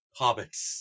hobbits